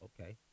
okay